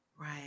Right